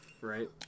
right